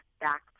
back